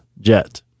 jet